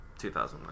2001